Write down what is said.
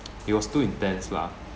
it was too intense lah